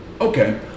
okay